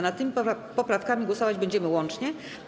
Nad tymi poprawkami głosować będziemy łącznie.